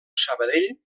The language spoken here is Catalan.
sabadell